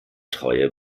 treue